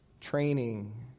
training